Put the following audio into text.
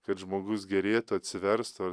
kad žmogus gerėtų atsiverstų